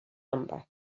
number